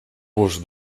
vos